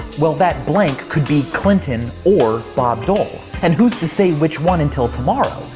well that blank could be clinton or bob dole and who's to say which one until tomorrow?